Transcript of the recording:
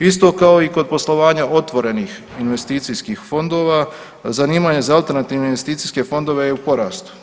Isto kao i kod poslovanja otvorenih investicijskih fondova, zanimanja za alternativne investicijske fondove je u porastu.